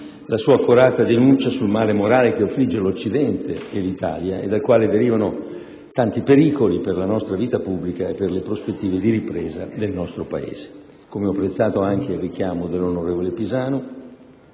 la sua accurata denuncia sul male morale che affligge l'Occidente e l'Italia e dal quale derivano tanti pericoli per la nostra vita pubblica e per le prospettive di ripresa del nostro Paese. Allo stesso modo, ho apprezzato anche il richiamo del senatore Pisanu